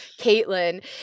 Caitlin